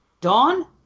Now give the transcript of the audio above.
Dawn